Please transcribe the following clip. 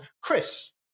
Chris